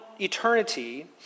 eternity